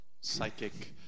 psychic